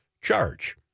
charge